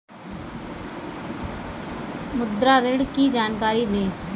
मुद्रा ऋण की जानकारी दें?